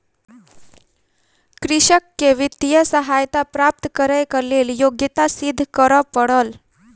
कृषक के वित्तीय सहायता प्राप्त करैक लेल योग्यता सिद्ध करअ पड़ल